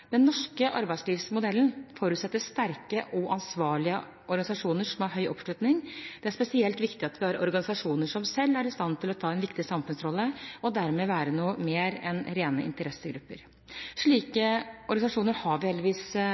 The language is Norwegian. Den norske arbeidslivsmodellen forutsetter sterke og ansvarlige organisasjoner som har høy oppslutning. Det er spesielt viktig at vi har organisasjoner som selv er i stand til å ta en viktig samfunnsrolle og dermed være noe mer enn rene interessegrupper. Slike organisasjoner har vi heldigvis